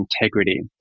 integrity